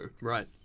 Right